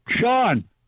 Sean